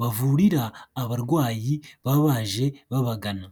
bavurira abarwayi baba baje babagana.